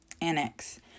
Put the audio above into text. Annex